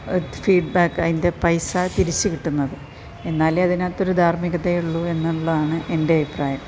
feedback അതിൻറ്റെ പൈസ തിരിച്ചു കിട്ടുന്നത് എന്നാലെ അതിനകത്തൊരു ധാർമികതയുള്ളൂ എന്നുള്ളതാണ് എന്റെ അഭിപ്രായം